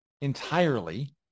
entirely